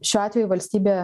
šiuo atveju valstybė